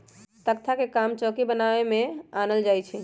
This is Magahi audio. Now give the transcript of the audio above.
तकख्ता के काम चौकि बनाबे में आनल जाइ छइ